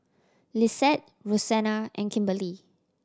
Lissette Rosena and Kimberley